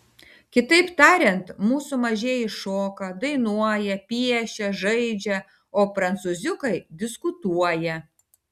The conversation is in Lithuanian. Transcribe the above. kitaip tariant mūsų mažieji šoka dainuoja piešia žaidžia o prancūziukai diskutuoja